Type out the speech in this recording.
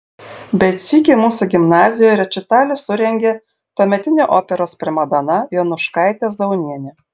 bet sykį mūsų gimnazijoje rečitalį surengė tuometinė operos primadona jonuškaitė zaunienė